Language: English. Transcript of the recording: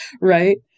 Right